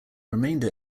remainder